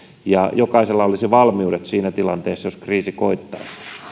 ja jokaisella olisi valmiudet siinä tilanteessa jos kriisi koittaisi